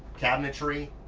cabinetry,